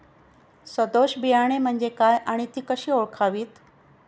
सदोष बियाणे म्हणजे काय आणि ती कशी ओळखावीत?